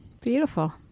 Beautiful